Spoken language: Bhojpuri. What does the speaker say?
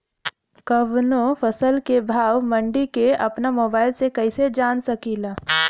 कवनो फसल के भाव मंडी के अपना मोबाइल से कइसे जान सकीला?